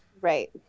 Right